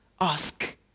ask